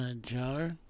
jar